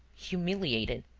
humiliated,